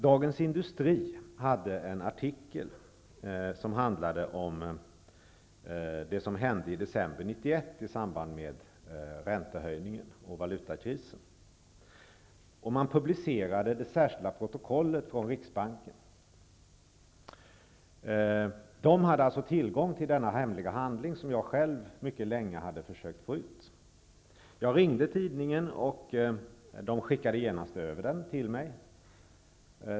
Dagens Industri hade en artikel som handlade om det som hände i december 1991 i samband med räntehöjningen och valutakrisen. Man publicerade det särskilda protokollet från riksbanken. Tidningen hade alltså tillgång till denna hemliga handling som jag själv mycket länge hade försökt få fram. Jag ringde tidningen, och man skickade genast över protokollet till mig.